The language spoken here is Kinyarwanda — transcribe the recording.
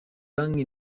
banki